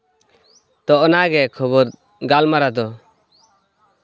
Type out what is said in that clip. ᱛᱳ ᱚᱱᱟᱜᱮ ᱠᱷᱚᱵᱚᱨ ᱜᱟᱞᱢᱟᱨᱟᱣ ᱫᱚ